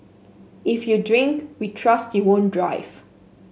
if you drink we trust you won't drive